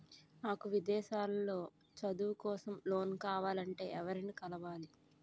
నాకు విదేశాలలో చదువు కోసం లోన్ కావాలంటే ఎవరిని కలవాలి?